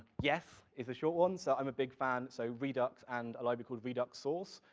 yes, is the short one, so i'm a big fan, so redux, and a library called redux source,